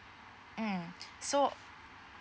mm so